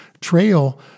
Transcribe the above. trail